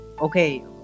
Okay